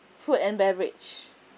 food and beverage